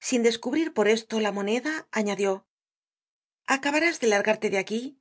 sin descubrir por estovla moneda añadió acabarás de largarte de aquí el